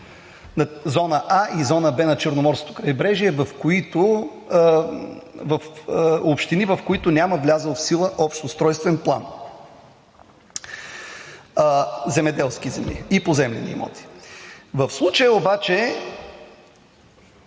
зона „А“ и зона „Б“ на Черноморското крайбрежие в общини, в които няма влязъл в сила общ устройствен план – земеделски земи и поземлени имоти. В случая обаче